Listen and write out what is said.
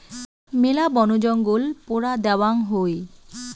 মেলা বনজঙ্গল পোড়া দ্যাওয়াং হই